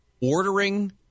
ordering